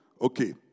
Okay